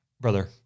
Brother